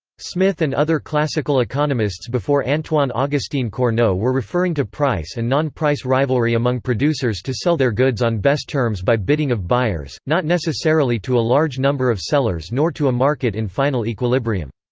smith and other classical economists before antoine augustine cournot were referring to price and non-price rivalry among producers to sell their goods on best terms by bidding of buyers, not necessarily to a large number of sellers nor to a market in final equilibrium.